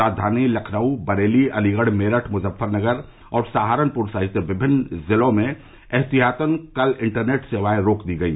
राजधानी लखनऊ बरेली अलीगढ़ मेरठ मुजफ्फरनगर और सहारनपुर सहित विभिन्न जिलों में एहतियातन कल इंटरनेट सेवाएं रोक दी गई